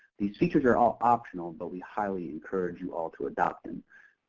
these features are all optional, but we highly encourage you all to adopt them.